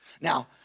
Now